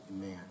man